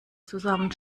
zusammen